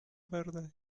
birthday